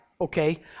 okay